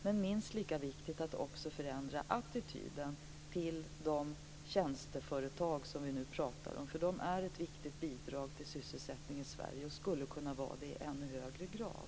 Men minst lika viktigt är att förändra attityden till de tjänsteföretag vi nu pratar om. De är ett viktigt bidrag till sysselsättningen i Sverige och skulle kunna vara det i ännu högre grad.